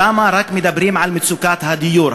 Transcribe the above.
שם מדברים רק על מצוקת הדיור.